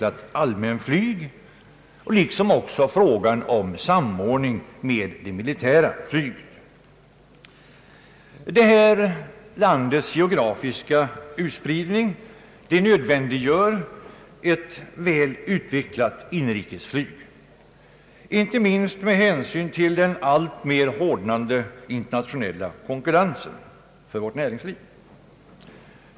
Ett behov föreligger också av samordning med det militära flyget. Vårt lands geografiska utbredning nödvändiggör ett väl utvecklat inrikesflyg, inte minst med hänsyn till den alltmer hårdnande internationella konkurrensen för vårt näringsliv.